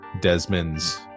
Desmond's